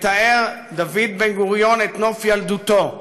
מתאר דוד בן-גוריון את נוף ילדותו,